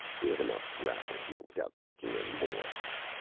we have enough rabble here without taking in more.